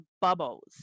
bubbles